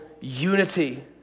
unity